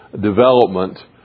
development